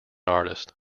artist